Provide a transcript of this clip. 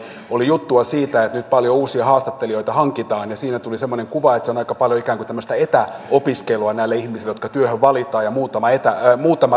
tämän päivän helsingin sanomissa oli juttua siitä että nyt paljon uusia haastattelijoita hankitaan ja siitä tuli semmoinen kuva että se on aika paljon tämmöistä etäopiskelua näille ihmisille jotka työhön valitaan ja muutama lähipäivä